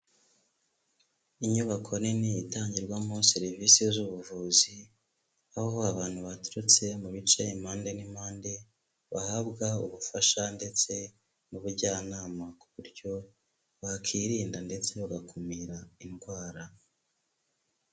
Inyubako nini itangirwamo serivisi z'ubuvuzi, aho abantu baturutse mu bice impande n'impande, bahabwa ubufasha ndetse n'ubujyanama ku buryo bakirinda ndetse bagakumira indwara.